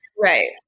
right